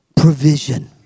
provision